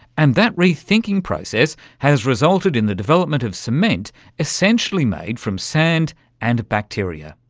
and that rethinking process has resulted in the development of cement essentially made from sand and bacteria.